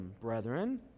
brethren